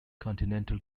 continental